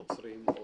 נוצרים.